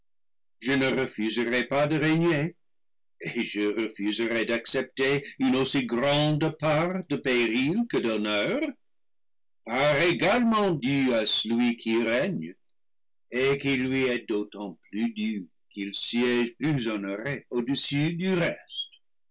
je nerefuserais pas de régner et je refuserais d'accepter une aussi grande part de périls que d'honneur part également due à celui qui règne et qui lui est d'autant plus due qu'il siège plus honoré au dessus du reste